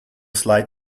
slide